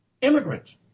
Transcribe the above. immigrants